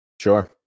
Sure